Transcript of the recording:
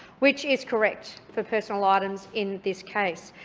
which is correct for personal items in this case.